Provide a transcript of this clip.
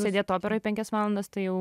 sėdėt operoj penkias valandas tai jau